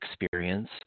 experience